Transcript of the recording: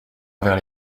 envers